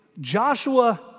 Joshua